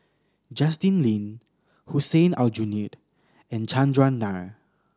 Justin Lean Hussein Aljunied and Chandran Nair